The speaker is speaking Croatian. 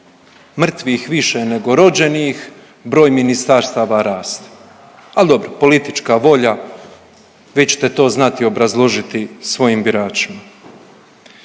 mrtvih više nego rođenih, broj ministarstava raste. Ali dobro, politička volja, vi ćete to znati obrazložiti svojim biračima.